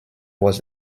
was